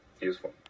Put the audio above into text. useful